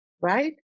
right